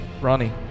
Ronnie